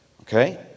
Okay